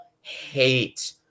hate